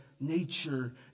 nature